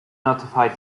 notified